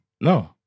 No